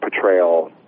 portrayal